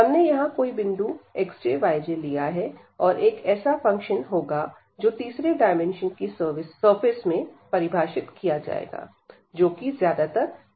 हमने यहां कोई बिंदु xj yj लिया है और एक ऐसा फंक्शन होगा जो तीसरे डायमेंशन की सरफेस में परिभाषित किया जाएगा जो कि ज्यादातर z एक्सिस लिया जाता है